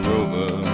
Rover